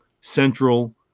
central